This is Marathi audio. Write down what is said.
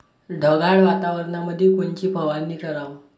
ढगाळ वातावरणामंदी कोनची फवारनी कराव?